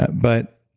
but but